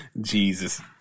Jesus